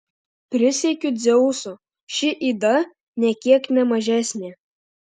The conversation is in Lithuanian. prisiekiu dzeusu ši yda nė kiek ne mažesnė